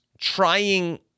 trying